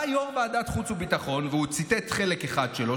בא יו"ר ועדת החוץ והביטחון וציטט חלק אחד שלו,